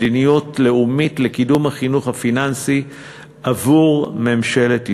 מדיניות לאומית לקידום החינוך הפיננסי עבור ממשלת ישראל,